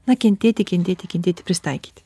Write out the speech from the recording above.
na kentėti kentėti kentėti prisitaikyti